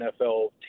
NFL